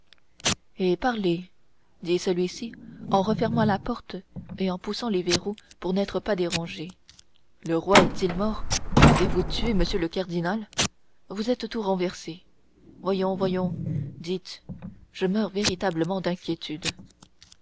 parlez dit celui-ci en refermant la porte et en poussant les verrous pour n'être pas dérangés le roi est-il mort avez-vous tué m le cardinal vous êtes tout renversé voyons voyons dites car je meurs véritablement d'inquiétude